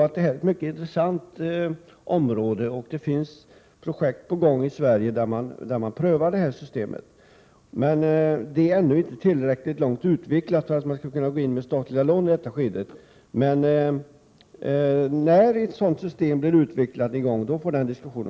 Detta är ett mycket intressant område, och det finns projekt på gång i Sverige där detta system prövas. Systemet är dock inte tillräckligt utvecklat för att man skulle kunna gå in med statliga lån i detta skede. När ett sådant system blir färdigutvecklat kan vi ta upp den diskussionen.